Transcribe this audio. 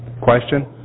Question